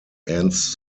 ends